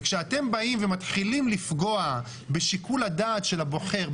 וכשאתם באים ומתחילים לפגוע בשיקול הדעת של הבוחר,